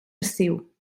estiu